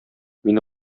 мине